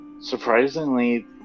surprisingly